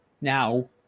now